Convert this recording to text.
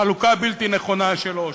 חלוקה בלתי נכונה של עושר.